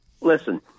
Listen